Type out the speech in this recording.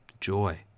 joy